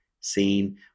seen